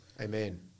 amen